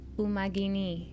umagini